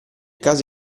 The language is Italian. caso